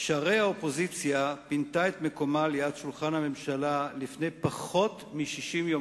שהרי האופוזיציה פינתה את מקומה ליד שולחן הממשלה לפני פחות מ-60 יום.